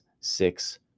six